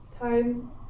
time